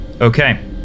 Okay